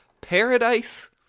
paradise